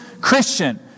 Christian